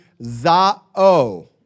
zao